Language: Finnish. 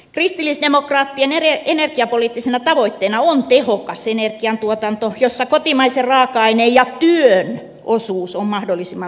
kristillisdemokraattien energiapoliittisena tavoitteena on tehokas energiantuotanto jossa kotimaisen raaka aineen ja työn osuus on mahdollisimman suuri